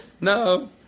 No